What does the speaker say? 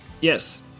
Yes